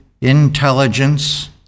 intelligence